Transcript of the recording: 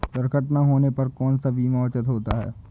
दुर्घटना होने पर कौन सा बीमा उचित होता है?